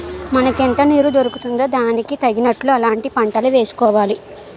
మనకెంత నీరు దొరుకుతుందో దానికి తగినట్లు అలాంటి పంటలే వేసుకోవాలి